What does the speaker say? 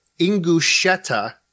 Ingusheta